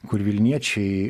kur vilniečiai